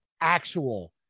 actual